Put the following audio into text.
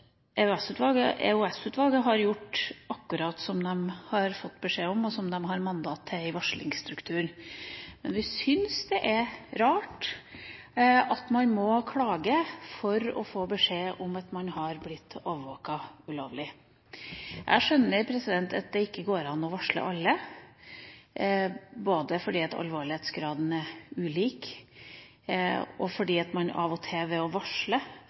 innstillingen. EOS-utvalget har gjort akkurat som de har fått beskjed om, og som de har mandat til i varslingsstrukturen. Vi syns likevel det er rart at man må klage for å få beskjed om at man har blitt ulovlig overvåket. Jeg skjønner at det ikke går an å varsle alle, både fordi alvorlighetsgraden er ulik, og fordi man ved å varsle